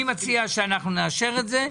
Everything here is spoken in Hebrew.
אני מציע שאנחנו נאשר את זה.